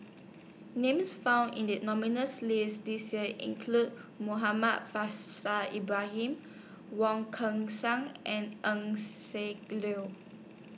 Names found in The nominees' list This Year include Muhammad Faishal Ibrahim Wong Kan Seng and Eng Siak Liu